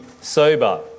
sober